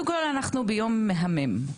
אנחנו ביום מהמם.